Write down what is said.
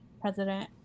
President